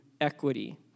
equity